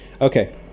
Okay